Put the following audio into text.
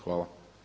Hvala.